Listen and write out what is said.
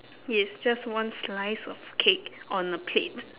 yes just one slice of cake on a plate